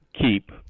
keep